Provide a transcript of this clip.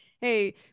hey